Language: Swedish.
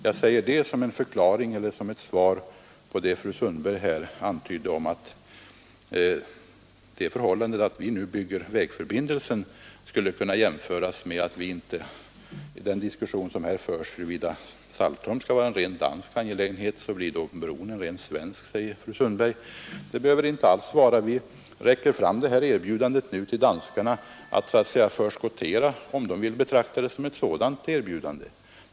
Jag säger det som en förklaring eller ett svar på det fru Sundberg antydde om att det förhållandet att vi nu bygger vägförbindelsen skulle kunna medföra att vi, i den diskussion som förs huruvida Saltholm skall vara en rent dansk angelägenhet, skulle kunna anse bron som en rent svensk angelägenhet. Det behöver inte alls vara så! Vi räcker nu fram det här erbjudandet till danskarna om att vi så att säga är villiga att förskottera — om de vill betrakta det som ett sådant erbjudande.